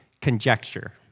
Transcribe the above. conjecture